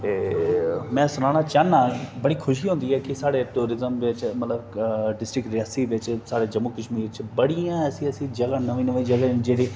ते में सनान्ना चाहन्नां कि बड़ी खुशी होंदी ऐ कि साढ़े टूरीजम बिच मतलब डिस्ट्रिक्ट रियासी बिच साढ़े जम्मू कश्मीर च बडियां ऐसियां ऐसियां जगहां न जेहड़े